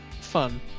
fun